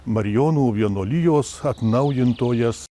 marijonų vienuolijos atnaujintojas